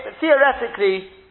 theoretically